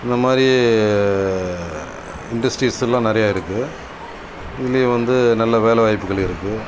இந்த மாதிரி இண்டஸ்ட்ரீஸ் எல்லாம் நிறையா இருக்குது இதிலயும் வந்து நல்ல வேலை வாய்ப்புகள் இருக்குது